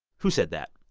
who said that?